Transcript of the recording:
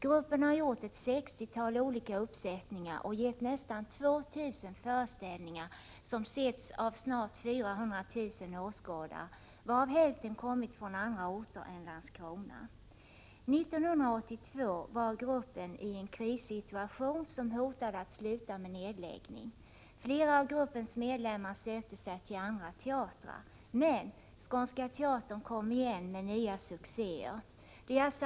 Gruppen har gjort ett sextiotal olika uppsättningar och gett nästan 2 000 föreställningar som setts av snart 400 000 åskådare, varav hälften kommit från andra orter än Landskrona. År 1982 var gruppen i en krissituation som hotade att sluta med nedläggning. Flera av gruppens medlemmar sökte sig till andra teatrar. Men Skånska teatern kom igen — med nya succéer.